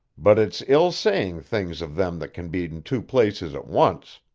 but it's ill saying things of them that can be in two places at once.